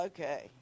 Okay